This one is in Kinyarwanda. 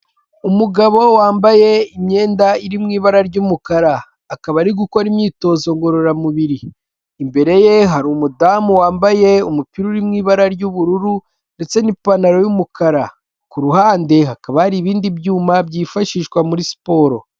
Umugabo wambaye imyenda iri mu ibara ry'umukara akaba ari gukora imyitozo ngororamubiri, imbere ye hari umudamu wambaye umupira uri mu ibara ry'ubururu, ndetse n'ipantaro y'umukara, ku ruhande hakaba hari ibindi byuma byifashishwa muri siporo.